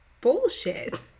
bullshit